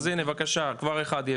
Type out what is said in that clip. אז הנה כבר אחד יש.